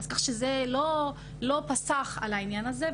כך שזה לא פסח על העניין הזה.